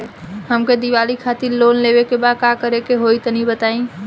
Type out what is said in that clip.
हमके दीवाली खातिर लोन लेवे के बा का करे के होई तनि बताई?